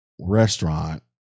restaurant